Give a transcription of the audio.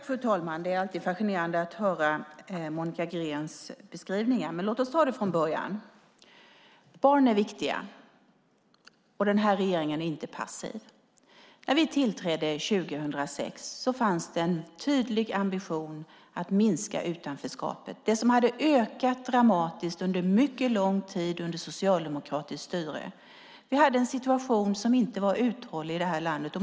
Fru talman! Det är alltid fascinerande att höra Monica Greens beskrivningar. Barn är viktiga. Den här regeringen är inte passiv. När vi tillträdde 2006 fanns det en tydlig ambition att minska utanförskapet - det som hade ökat dramatiskt under mycket lång tid av socialdemokratiskt styre. Vi hade en situation i landet som inte var hållbar.